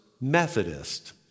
Methodist